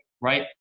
right